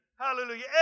Hallelujah